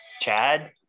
Chad